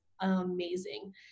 amazing